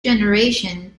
generation